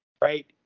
right